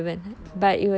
oh